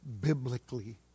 biblically